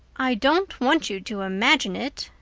i don't want you to imagine it,